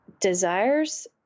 desires